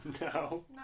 No